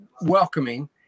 welcoming